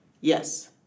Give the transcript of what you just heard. Yes